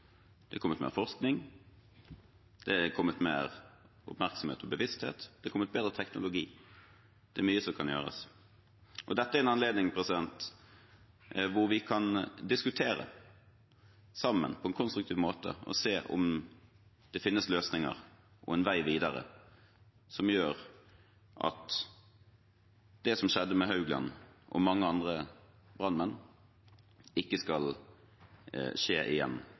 Det er kommet mer forskning, det er kommet mer oppmerksomhet og bevissthet, og det er kommet bedre teknologi. Det er mye som kan gjøres. Dette er en anledning hvor vi kan diskutere sammen på en konstruktiv måte og se om det finnes løsninger og en vei videre som gjør at det som skjedde med Haugland og mange andre brannmenn, ikke skal skje igjen